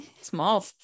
small